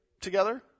together